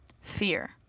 Fear